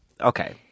Okay